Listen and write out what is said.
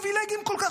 פריבילגים כל כך,